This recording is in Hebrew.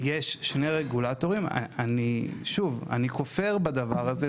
יש שני רגולטורים שוב, אני כופר בדבר הזה.